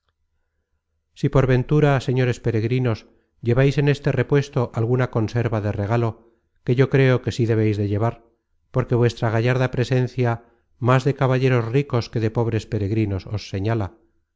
si por ventura señores peregrinos llevais en ese repuesto alguna conserva de regalo que yo creo que sí debeis de llevar porque vuestra gallarda presencia más de caballeros ricos que de pobres peregrinos os señala